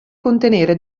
contenere